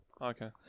Okay